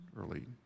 early